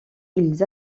ils